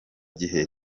gihe